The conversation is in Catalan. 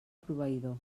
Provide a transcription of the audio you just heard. proveïdor